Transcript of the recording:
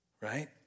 Right